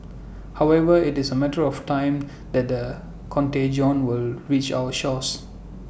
however IT is A matter of time that the contagion will reach our shores